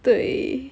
对